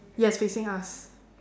yes facing us